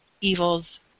Evil's